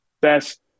best